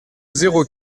zéro